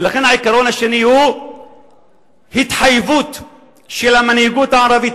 ולכן העיקרון השני הוא התחייבות של המנהיגות הערבית